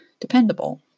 Dependable